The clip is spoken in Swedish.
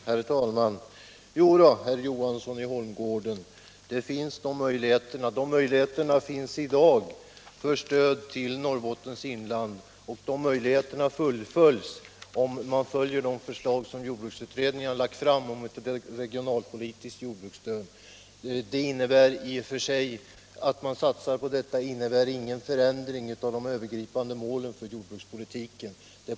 Herr talman! I dag finns det möjligheter till stöd för Norrbottens inland. De möjligheterna fullföljs om man tar det förslag som jordbruksutredningen lagt fram om regionalpolitiskt jordbruksstöd. Att man satsar på detta innebär ingen förändring i den övergripande målsättningen för jordbrukspolitiken.